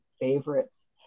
favorites